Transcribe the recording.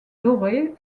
doré